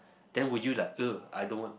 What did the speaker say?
then would you like I don't want